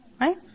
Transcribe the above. Right